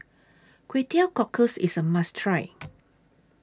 Kway Teow Cockles IS A must Try